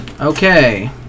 okay